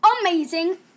amazing